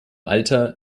alter